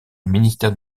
ministère